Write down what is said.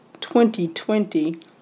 2020